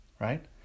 right